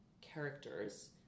characters